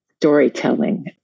storytelling